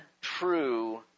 true